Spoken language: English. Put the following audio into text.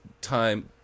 time